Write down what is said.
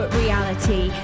reality